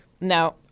No